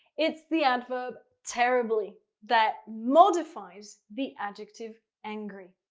it's the adverb, terribly. that modifies the adjective, angry.